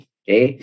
okay